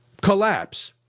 collapse